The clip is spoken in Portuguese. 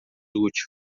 útil